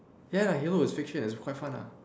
ya lah halo is fiction it's quite fun ah